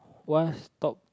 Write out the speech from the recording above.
what's top